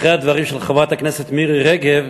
אחרי הדברים של חברת הכנסת מירי רגב,